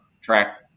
track